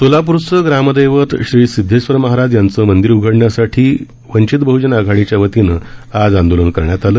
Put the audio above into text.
सोलाप्रचं ग्रामदैवत श्री सिध्देश्वर महाराज यांचं मंदिर उघडण्यासाठी वंचित आघाडीच्या वतीनं आज आंदोलन करण्यात आलं